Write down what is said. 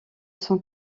cent